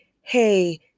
hey